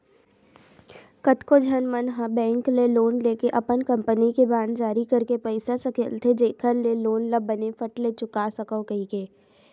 कतको झन मन ह बेंक ले लोन लेके अपन कंपनी के बांड जारी करके पइसा सकेलथे जेखर ले लोन ल बने फट ले चुका सकव कहिके